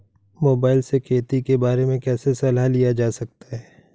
Mobile से खेती के बारे कैसे सलाह लिया जा सकता है?